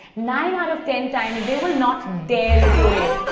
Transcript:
nine out of ten times, they will not dare look away,